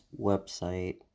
website